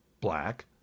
black